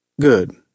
Good